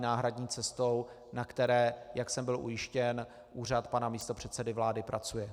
náhradní cestou, na které, jak jsem byl ujištěn, úřad pana místopředsedy vlády pracuje.